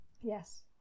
Yes